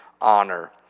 honor